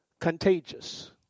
contagious